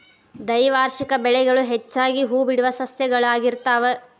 ದ್ವೈವಾರ್ಷಿಕ ಬೆಳೆಗಳು ಹೆಚ್ಚಾಗಿ ಹೂಬಿಡುವ ಸಸ್ಯಗಳಾಗಿರ್ತಾವ